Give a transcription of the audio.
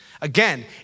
Again